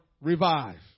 revive